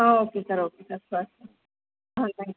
ah okay sir okay sir sir ah thank you